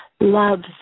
love's